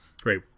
Great